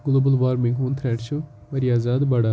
global warming ہُنٛد threat چھُ واریاہ زیادٕ بَڑان